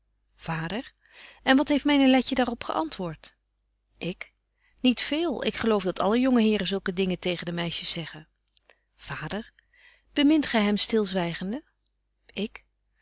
en wat heeft myne letje daar op geantwoort ik niet veel ik geloof dat alle jonge heren zulke dingen tegen de meisjes zeggen vader bemint gy hem